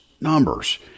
numbers